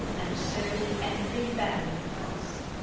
and so did every bell in the house.